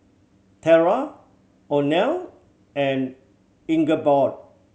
Terra Oneal and Ingeborg